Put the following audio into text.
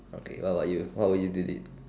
okay what about you what will you do this